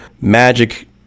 magic